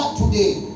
today